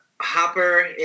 hopper